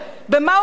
זה לא נכון.